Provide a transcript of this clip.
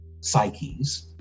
psyches